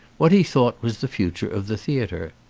what he thought was the future of the theatre.